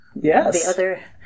Yes